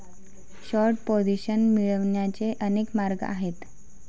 short position मिळवण्याचे अनेक मार्ग आहेत